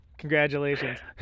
Congratulations